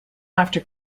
after